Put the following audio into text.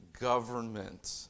government